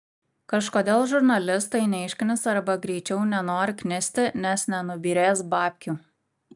kažkodėl žurnalistai neišknisa arba greičiau nenori knisti nes nenubyrės babkių